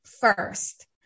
first